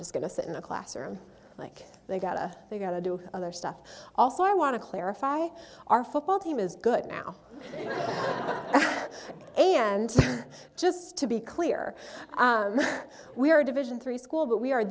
just going to sit in a classroom like they've got a they've got to do other stuff also i want to clarify our football team is good now and just to be clear we are a division three school but we are